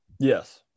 Yes